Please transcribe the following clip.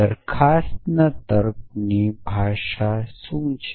દરખાસ્તની તર્કની ભાષા શું છે